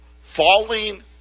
Falling